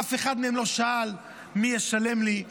אף אחד מהם לא שאל מי ישלם לי,